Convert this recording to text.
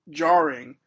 jarring